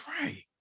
right